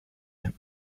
him